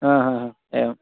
आं हा हा एवं